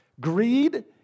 Greed